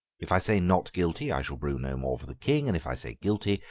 if i say not guilty, i shall brew no more for the king and if i say guilty,